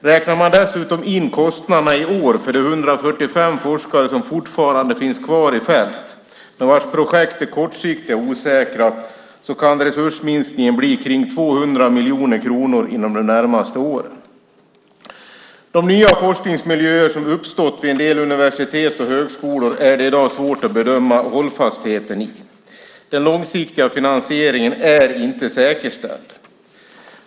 Räknar man dessutom in kostnaderna i år för de 145 forskare som fortfarande finns kvar i fält men vilkas projekt är kortsiktiga och osäkra kan resursminskningen bli kring 200 miljoner kronor inom de närmaste åren. De nya forskningsmiljöer som har uppstått vid en del universitet och högskolor är det i dag svårt att bedöma hållfastheten i. Den långsiktiga finansieringen är inte säkerställd.